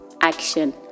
action